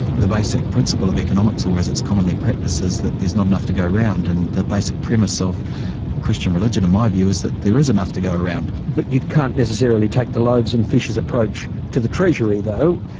the basic principle of economics or as it's commonly practiced is, that there's not enough to go around. and the basic premise of christian religion in my view is that there is enough to go around. but you can't necessarily take the loaves and fishes approach to the treasury though.